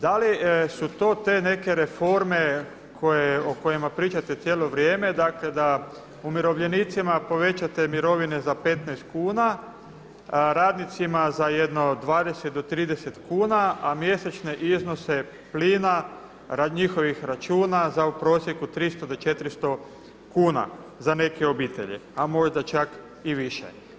Da li su to te neke reforme koje, o kojima pričate cijelo vrije, dakle da umirovljenicima povećate mirovine za 15 kuna, radnicima za jedno 20 do 30 kuna, a mjesečne iznose plina, njihovih računa za u prosjeku 300 do 400 kuna za neke obitelji, a možda čak i više.